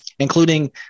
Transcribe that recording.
including